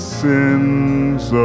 sins